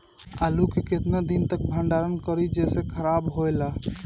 आलू के केतना दिन तक भंडारण करी जेसे खराब होएला?